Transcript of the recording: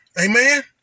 Amen